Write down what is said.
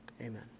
amen